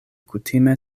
kutime